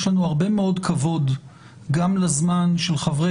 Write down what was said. יש לנו הרבה מאוד כבוד גם לזמן של חברי